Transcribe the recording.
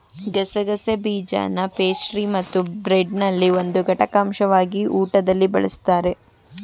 ಗಸಗಸೆ ಬೀಜನಪೇಸ್ಟ್ರಿಮತ್ತುಬ್ರೆಡ್ನಲ್ಲಿ ಒಂದು ಘಟಕಾಂಶವಾಗಿ ಊಟದಲ್ಲಿ ಬಳಸ್ತಾರೆ